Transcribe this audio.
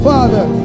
Father